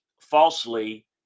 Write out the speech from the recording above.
falsely